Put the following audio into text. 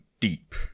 deep